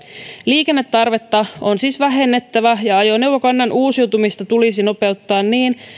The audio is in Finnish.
liikennetarvetta on siis vähennettävä ja ajoneuvokannan uusiutumista tulisi nopeuttaa niin